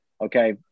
Okay